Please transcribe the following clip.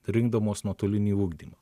rinkdamos nuotolinį ugdymą